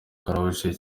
karrueche